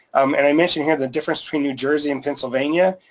um and i mentioned here, the difference between new jersey and pennsylvania,